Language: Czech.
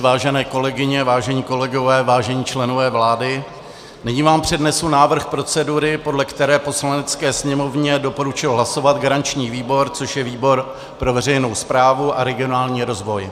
Vážené kolegyně, vážení kolegové, vážení členové vlády, nyní vám přednesu návrh procedury, podle které Poslanecké sněmovně doporučil hlasovat garanční výbor, což je výbor pro veřejnou správu a regionální rozvoj.